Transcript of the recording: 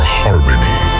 harmony